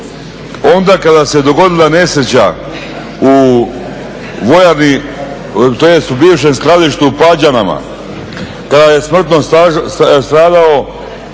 onda kada se dogodila nesreća u vojarni, tj. u bivšem skladištu u Pađanama, kada je smrtno stradao